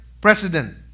president